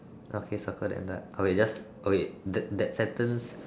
okay circle the entire okay just okay that that sentence